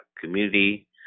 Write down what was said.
community